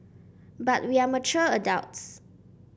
but we are mature adults